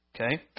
Okay